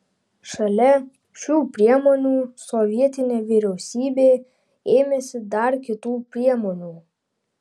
šalia šių priemonių sovietinė vyriausybė ėmėsi dar kitų priemonių